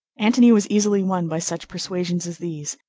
antony was easily won by such persuasions as these,